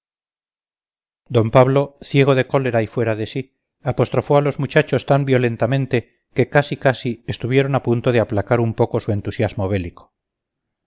d pablo ciego de cólera y fuera de sí apostrofó a los muchachos tan violentamente que casi casi estuvieron a punto de aplacar un poco su entusiasmo bélico